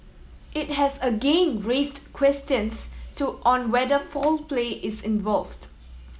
it has again raised questions to on whether foul play is involved